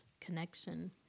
connection